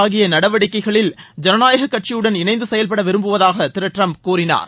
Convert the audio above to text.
ஆகிய நடவடிக்கைகளில் ஜனநாயக கட்சியுடன் இணைந்து செயவ்பட விரும்புவதாக திரு டிரம்ப் கூறினார்